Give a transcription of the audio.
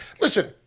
listen